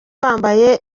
bambaye